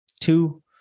Two